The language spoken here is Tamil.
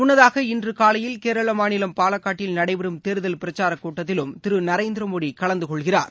முன்னதாக இன்றுகாலையில் கேரளமாநிலம் பாலகாட்டில் நடைபெறும் தேர்தல் பிரச்சாரகூட்டத்திலும் திருநரேந்திரமோடிகலந்துகொள்கிறார்